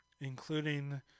including